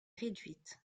réduite